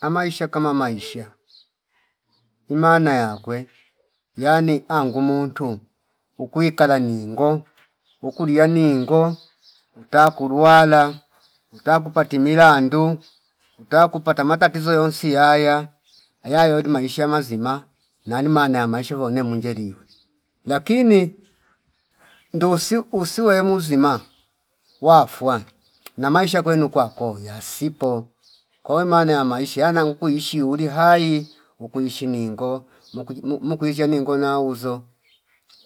Amaisha kama maisha imaana yakwe yani angu muntu ukuikala ningo ukulia ningo utaku kuruwala utaku pati milandu uta kupata matatizo yonsi yaya ayayo ni maisha mazima na ni maana ya maisha vo ne mwenjeliwe lakini ndusi usiwe we muzima wafuwa na maisha kwenu kwakoya sipo kwa maana ya maisha yana nkuishi ulihai ukuishi ningo mukuji mukuizsha ningo nauzo